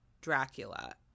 Dracula